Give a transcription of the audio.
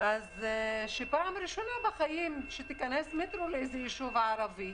אז שפעם ראשונה בחיים שמטרו ייכנס לאיזה יישוב ערבי.